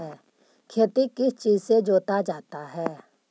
खेती किस चीज से जोता जाता है?